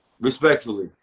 respectfully